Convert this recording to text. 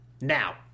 Now